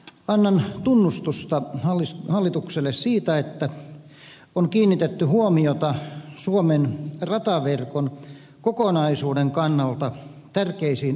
annan tunnustusta hallitukselle siitä että on kiinnitetty huomiota suomen rataverkon kokonaisuuden kannalta tärkeisiin asioihin